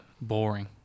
boring